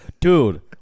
Dude